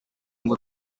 ngo